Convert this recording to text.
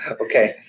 Okay